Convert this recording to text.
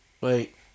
Wait